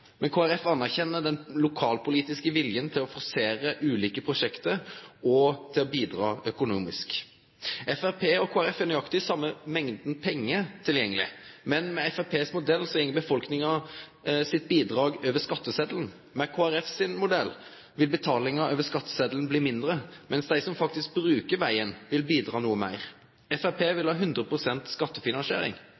men Kristeleg Folkeparti anerkjenner den lokalpolitiske viljen til å forsere ulike prosjekt og til å bidra økonomisk. Framstegspartiet og Kristeleg Folkeparti har nøyaktig same mengda pengar tilgjengeleg, men med Framstegspartiet sin modell går befolkninga sitt bidrag over skattesetelen. Med Kristeleg Folkeparti sin modell vil betalinga over skattesetelen bli mindre, mens dei som faktisk brukar vegen, vil bidra noko meir. Framstegspartiet vil